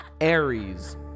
Aries